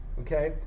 Okay